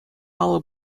алӑ